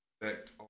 effect